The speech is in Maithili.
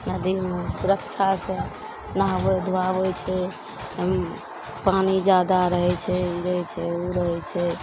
नदीमे सुरक्षासे नहाबै धुआबै छै पानि जादा रहै छै ई रहै छै ओ रहै छै